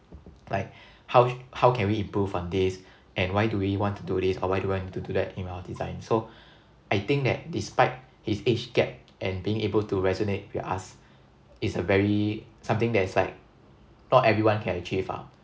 like how how can we improve on this and why do we want to do this or why do I need to do that in our designs so I think that despite his age gap and being able to resonate with us is a very something that is like not everyone can achieve lah